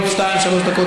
חברת הכנסת אלהרר,